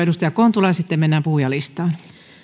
edustaja kontula ja sitten mennään puhujalistaan